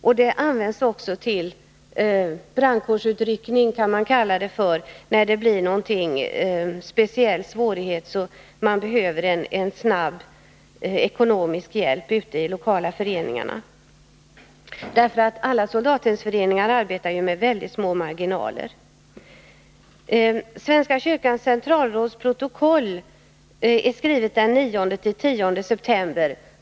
Pengarna används också till ”brandkårsutryckning”, när det uppstår någon speciell svårighet, så att man behöver snabb ekonomisk hjälp ute i de lokala föreningarna. Alla soldathemsföreningar arbetar ju med mycket små marginaler. Svenska kyrkans centralråds protokoll är skrivet den 9-10 september.